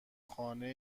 خانه